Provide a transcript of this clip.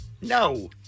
No